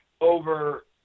over